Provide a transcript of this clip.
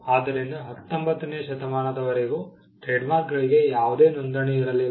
ಆದ್ದರಿಂದ 19 ನೇ ಶತಮಾನದವರೆಗೂ ಟ್ರೇಡ್ಮಾರ್ಕ್ಗಳಿಗೆ ಯಾವುದೇ ನೋಂದಣಿ ಇರಲಿಲ್ಲ